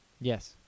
Yes